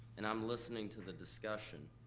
and i'm listening to the discussion.